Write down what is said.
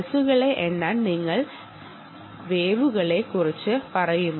പൾസുകളെ എണ്ണാൻ നിങ്ങൾക്ക് വേവുകൾ ആവശ്യമാണ്